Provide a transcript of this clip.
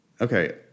Okay